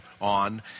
on